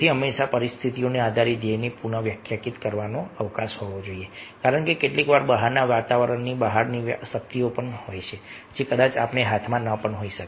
તેથી હંમેશા પરિસ્થિતિના આધારે ધ્યેયને પુનઃવ્યાખ્યાયિત કરવાનો અવકાશ હોવો જોઈએ કારણ કે કેટલીકવાર બહારના વાતાવરણની બહારની શક્તિઓ હોય છે જે કદાચ આપણા હાથમાં ન હોય